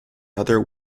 other